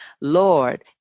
Lord